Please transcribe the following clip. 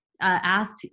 asked